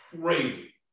crazy